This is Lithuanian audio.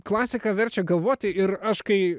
klasika verčia galvoti ir aš kai